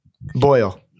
Boyle